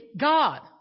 God